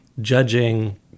judging